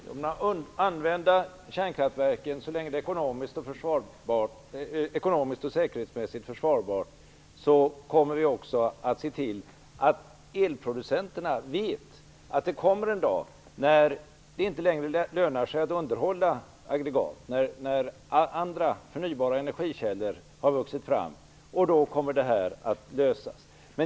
Genom att använda kärnkraftverken så länge det är ekonomiskt och säkerhetsmässigt försvarbart kommer vi också att se till att elproducenterna vet att det kommer en dag när det inte längre lönar sig att underhålla aggregat, när andra förnybara energikällor har vuxit fram, och då kommer situationen att lösas.